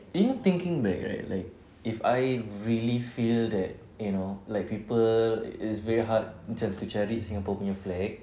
and you know thinking back right like if I really feel that you know like people is very hard macam to cari singapore punya flag